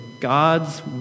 God's